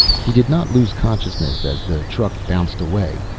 he did not lose consciousness as the truck bounced away,